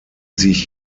sich